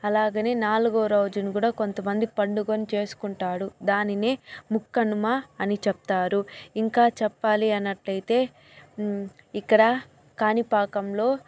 అలాగని నాలుగవ రోజున కూడా కొంత మంది పండుగను చేసుకుంటాడు దానిని ముక్కనుమ అని చెప్తారు ఇంకా చెప్పాలి అన్నట్లు అయితే ఇక్కడ కాణిపాకంలో